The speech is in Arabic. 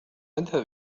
أذهب